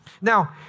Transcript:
Now